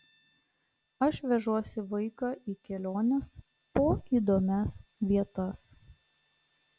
aš vežuosi vaiką į keliones po įdomias vietas